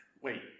Wait